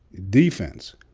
defense